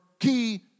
key